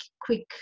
quick